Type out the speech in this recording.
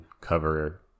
cover